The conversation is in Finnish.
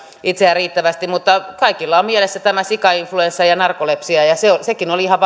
itseään riittävästi niin kaikilla on mielessä tämä sikainfluenssa ja narkolepsia ja ja nekin olivat ihan